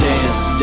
Dance